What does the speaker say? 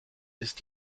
ist